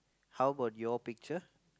how about your picture